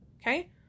Okay